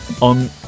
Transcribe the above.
On